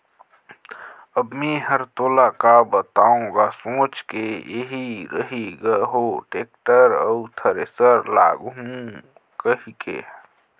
अब मे हर तोला का बताओ गा सोच के एही रही ग हो टेक्टर अउ थेरेसर लागहूँ कहिके